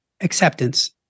acceptance